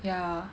yeah